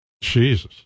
Jesus